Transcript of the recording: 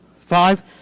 five